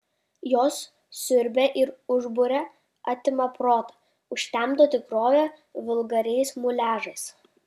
jos siurbia ir užburia atima protą užtemdo tikrovę vulgariais muliažais